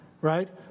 right